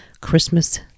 christmas